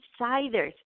insiders